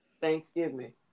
Thanksgiving